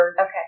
Okay